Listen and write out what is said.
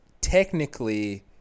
technically